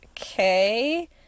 okay